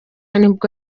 nibwo